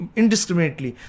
indiscriminately